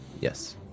Yes